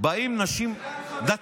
באות נשים דתיות,